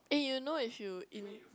eh you know if you in